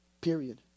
Period